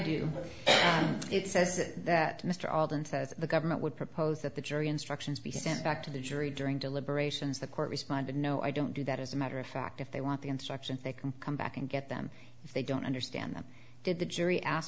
do it says that mr aldrin says the government would propose that the jury instructions be sent back to the jury during deliberations the court responded no i don't do that as a matter of fact if they want the instruction they can come back and get them if they don't understand that did the jury ask